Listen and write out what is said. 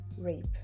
rape